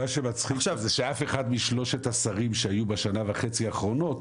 מה שמצחיק זה שאף אחד מהשרים שהיו בשנה וחצי האחרונות